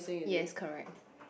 yes correct